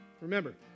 Remember